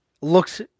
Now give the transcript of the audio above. looks